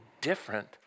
different